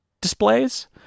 displays